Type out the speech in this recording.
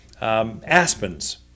Aspens